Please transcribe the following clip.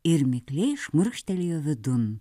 ir mikliai šmurkštelėjo vidun